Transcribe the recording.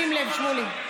שים לב, שמולי.